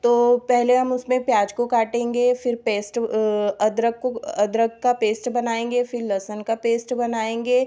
तो पहले हम उसमें प्याज को काटेंगे फिर पेस्ट अदरक को अदरक का पेस्ट बनाएंगे फिर लहसुन का पेस्ट बनाएंगे